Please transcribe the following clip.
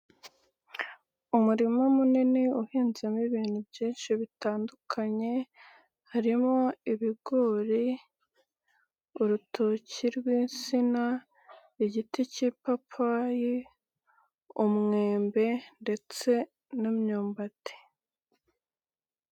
Umurima munini uhinzemo ibintu byinshi bitandukanye, harimo ibigori, urutoki rw'insina, igiti cy'ipapayi, umwembe ndetse n'imyumbati.